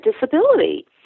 disability